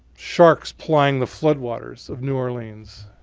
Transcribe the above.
sharks plying the flood waters of new orleans.